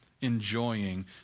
enjoying